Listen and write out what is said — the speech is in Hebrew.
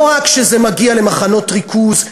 לא רק כשזה מגיע למחנות ריכוז,